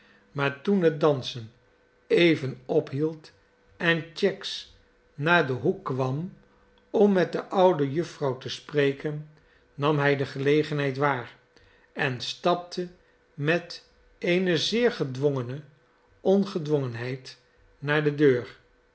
maar toen het dansen even ophield en cheggs naar den hoek kwam om met de oude jufvrouw te spreken nam hij de gelegenheid waar en stapte met eene zeer gedwongene ongedwongenheid naar de deur